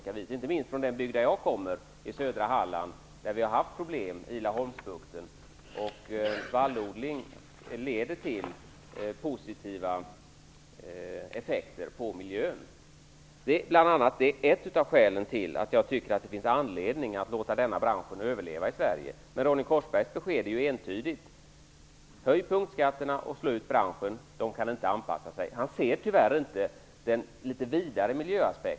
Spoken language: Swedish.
Inte minst gäller detta i den bygd jag kommer i från - södra Halland, där vi har haft problem i Laholmsbukten. Vallodling har positiva effekter på miljön. Detta är ett av skälen till att jag tycker att det finns anledning att låta denna bransch överleva i Sverige. Ronny Korsbergs besked är entydigt: Höj punktskatterna och slå ut branschen, för den kan inte anpassa sig. Han ser tyvärr inte den litet vidare miljöaspekten.